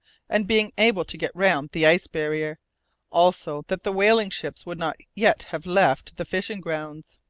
and being able to get round the iceberg barrier also that the whaling-ships would not yet have left the fishing-grounds.